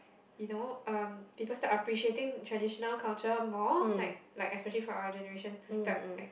you know um people start appreciate traditional cultural more like like especially for our generation to start like